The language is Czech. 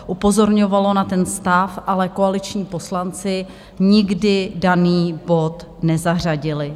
Upozorňovalo na ten stav, ale koaliční poslanci nikdy daný bod nezařadili.